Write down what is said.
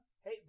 Hey